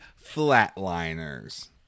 Flatliners